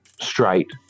straight